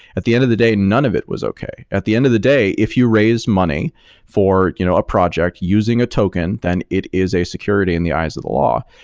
at the end of the day, none of it was okay. at the end of the day, if you raise money for you know a project using a token, then it is a security in the eyes of the law.